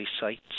sites